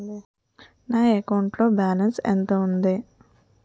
నా అకౌంట్ లో బాలన్స్ ఎంత ఉంది?